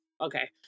okay